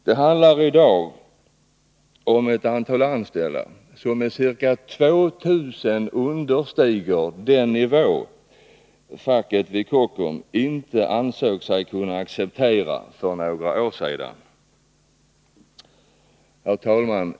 Det handlar i dag om ett antal anställda som med ca 2 000 understiger den nivå facket vid Kockums för några år sedan inte ansåg sig kunna acceptera. Herr talman!